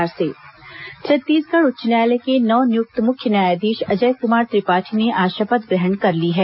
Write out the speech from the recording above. मुख्य न्यायाधीश शपथ छत्तीसगढ़ उच्च न्यायालय के नव नियुक्त मुख्य न्यायाधीश अजय कुमार त्रिपाठी ने आज शपथ ग्रहण कर ली है